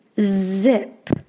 zip